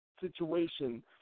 situation